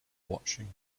watching